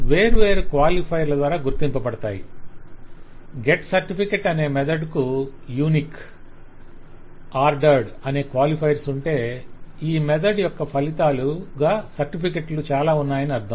methods వేర్వేరు క్వాలిఫైయర్ల ద్వారా గుర్తింపబడతాయి గెట్ సర్టిఫికేట్ అనే మెథడ్ కు యూనిక్ ఆర్డర్డ్ అనే క్వాలిఫైర్స్ ఉంటే ఈ మెథడ్ యొక్క ఫలితాలు గా సర్టిఫికేట్లుగా చాలా ఉన్నాయని అర్ధం